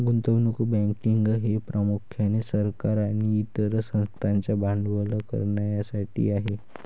गुंतवणूक बँकिंग हे प्रामुख्याने सरकार आणि इतर संस्थांना भांडवल करण्यासाठी आहे